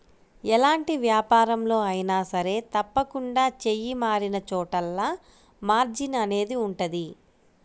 ఎలాంటి వ్యాపారంలో అయినా సరే తప్పకుండా చెయ్యి మారినచోటల్లా మార్జిన్ అనేది ఉంటది